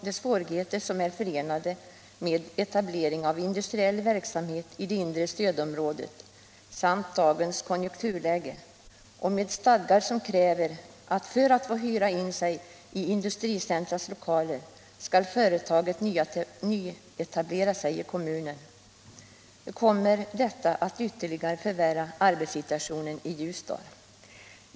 De svårigheter som är förenade med etablering av industriell verksamhet i det inre stödområdet — förstärkta av dagens konjunkturläge —- och gällande stadgar som kräver att företag för att få hyra i statliga industricentras lokaler skall nyetablera sig i kommunen kommer att ytterligare förvärra arbetsmarknadssituationen i Ljusdal.